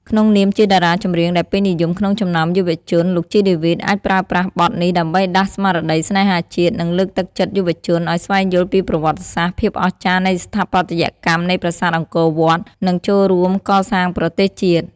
ក្នុងនាមជាតារាចម្រៀងដែលពេញនិយមក្នុងចំណោមយុវជន លោក ជី ដេវីត អាចប្រើប្រាស់បទនេះដើម្បីដាស់ស្មារតីស្នេហាជាតិ និងលើកទឹកចិត្តយុវជនឲ្យស្វែងយល់ពីប្រវត្តិសាស្ត្រ ភាពអស្ចារ្យនៃស្ថាបត្យកម្មនៃប្រាសាទអង្គរវត្ត និងចូលរួមកសាងប្រទេសជាតិ។